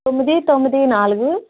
తొమ్మిది తొమ్మిది నాలుగు